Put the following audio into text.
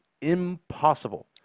Impossible